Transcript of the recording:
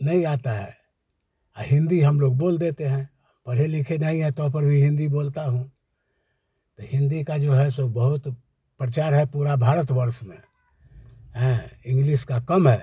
नहीं आता है हिंदी हम लोग बोल देते हैं पढ़े लिखे नहीं है तो पर भी हिंदी बोलता हूँ तो हिंदी का जो है सो बहुत प्रचार है पूरा भारतवर्ष में हैं इंग्लिश का कम है